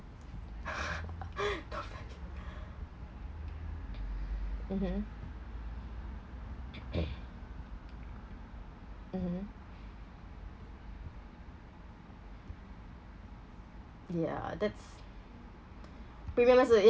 mmhmm mmhmm yeah that's premium is